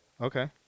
Okay